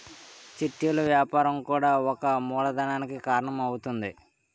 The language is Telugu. చిట్టీలు వ్యాపారం కూడా ఒక మూలధనానికి కారణం అవుతుంది